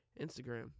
Instagram